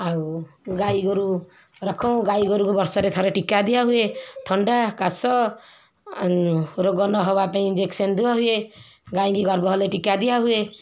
ଆଉ ଗାଈ ଗୋରୁ ରଖୁ ଗାଈ ଗୋରୁକୁ ବର୍ଷରେ ଥରେ ଟୀକା ଦିଆ ହୁଏ ଥଣ୍ଡା କାଶ ରୋଗ ନହେବା ପାଇଁ ଇଞ୍ଜେକ୍ସନ୍ ଦୁଆ ହୁଏ ଗାଈକି ଗର୍ଭ ହେଲେ ଟୀକା ଦିଆ ହୁଏ